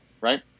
right